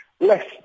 less